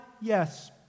Yes